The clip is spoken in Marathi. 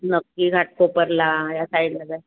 नक्की घाटकोपरला या साईडला